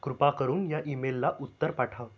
कृपा करून या ईमेलला उत्तर पाठव